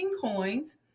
coins